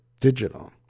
digital